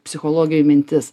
psichologijoj mintis